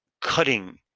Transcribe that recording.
cutting